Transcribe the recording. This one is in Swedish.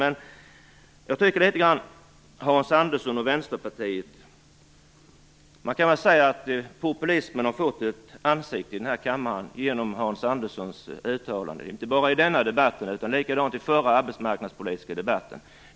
Man kan säga att populismen har fått ett ansikte i den här kammaren genom Hans Anderssons uttalande, inte bara i denna debatt utan även i den förra arbetsmarknadspolitiska debatten.